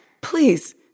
please